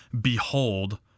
behold